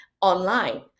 online